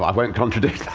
um won't contradict that.